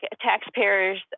taxpayers